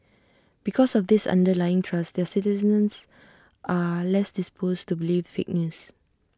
because of this underlying trust their citizens are less disposed to believe fake news